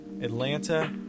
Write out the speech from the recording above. Atlanta